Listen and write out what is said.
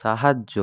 সাহায্য